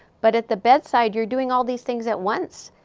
but at the bedside, you're doing all these things at once.